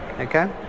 okay